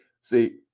see